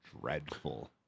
dreadful